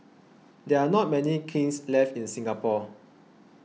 there are not many kilns left in Singapore